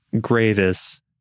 Gravis